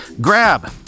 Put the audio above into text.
Grab